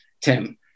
Tim